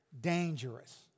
dangerous